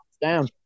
down